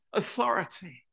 authority